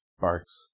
barks